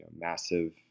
massive